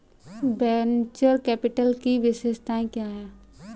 Venture capital की विशेषताएं क्या हैं?